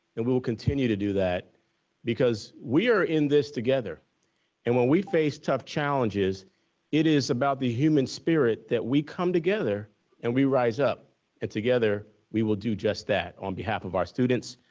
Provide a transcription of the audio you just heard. and we will continue to do that because we are in this together and when we face tough challenges it is about the human spirit that we come together and we rise up and together we will do just that on behalf of our students,